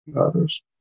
others